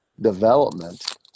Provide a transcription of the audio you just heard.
development